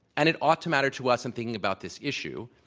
and it ought to matter to us in thinking about this issue,